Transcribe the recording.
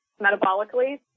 metabolically